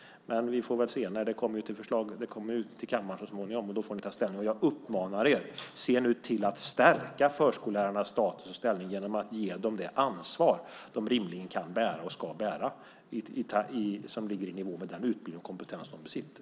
Men vi får väl se hur det blir. Förslaget kommer till kammaren så småningom. Då får ni ta ställning till det. Jag uppmanar er: Se nu till att stärka förskollärarnas status i stället genom att ge dem det ansvar som de rimligen kan bära och ska bära och som ligger i nivå med den utbildning och kompetens som de besitter!